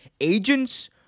agents